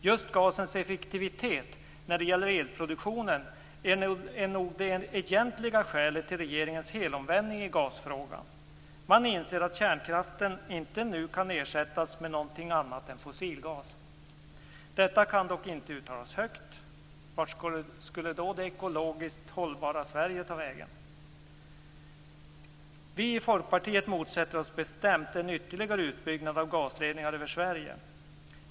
Just gasens effektivitet när det gäller elproduktion är nog det egentliga skälet till regeringens helomvändning i gasfrågan. Man inser att kärnkraften inte nu kan ersättas med något annat än fossilgas. Detta kan dock inte uttalas högt. Vart skulle då det ekologiskt hållbara Sverige ta vägen? Vi i Folkpartiet motsätter oss bestämt en ytterligare utbyggnad av gasledningar över Sverige.